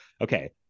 Okay